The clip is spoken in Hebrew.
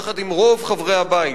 יחד עם רוב חברי הבית,